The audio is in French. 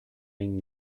une